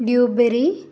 blueberry